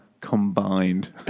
combined